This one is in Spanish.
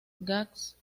gags